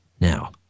now